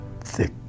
thick